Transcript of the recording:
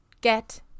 get